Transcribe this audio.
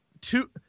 two